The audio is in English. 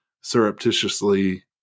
surreptitiously